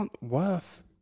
worth